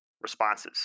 responses